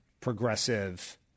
progressive